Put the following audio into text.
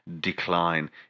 decline